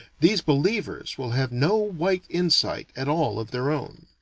these believers will have no white insight at all of their own.